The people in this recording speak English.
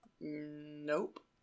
Nope